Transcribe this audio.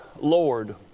Lord